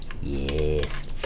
Yes